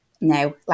no